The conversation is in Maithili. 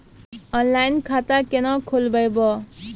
ऑनलाइन खाता केना खोलभैबै?